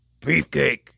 Beefcake